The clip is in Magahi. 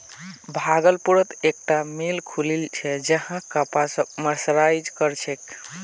भागलपुरत एकता मिल खुलील छ जहां कपासक मर्सराइज कर छेक